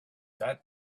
that